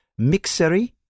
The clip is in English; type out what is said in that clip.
Mixery